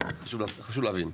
חשוב להבין,